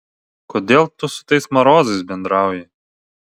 kodėl tu su tais marozais bendrauji